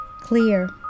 clear